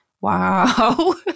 wow